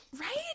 Right